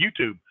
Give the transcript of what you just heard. YouTube